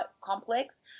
complex